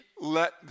let